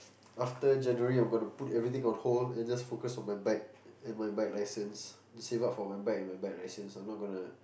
after January I'm gonna put everything on hold and just focus on my bike and my bike licence to save up for my bike and my bike licence I'm not gonna